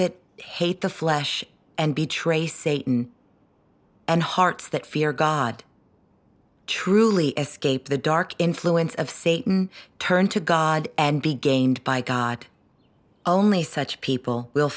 that hate the flesh and be traced satan and hearts that fear god truly escape the dark influence of satan turn to god and be gamed by god only such people will